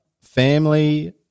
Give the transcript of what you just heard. family